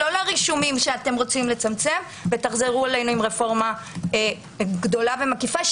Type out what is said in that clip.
לא לרישומים שאתם רוצים לצמצם ותחזרו אלינו עם רפורמה גדולה ומקיפה,